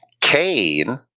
cain